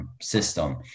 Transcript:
system